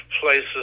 places